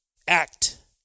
act